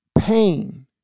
pain